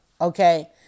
Okay